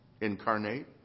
incarnate